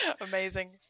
amazing